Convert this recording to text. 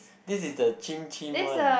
this is the chim chim one